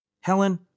Helen